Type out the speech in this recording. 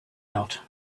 out